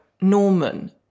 Norman